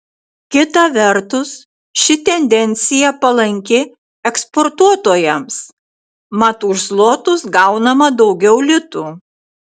kita vertus ši tendencija palanki eksportuotojams mat už zlotus gaunama daugiau litų